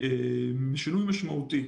שינוי משמעותי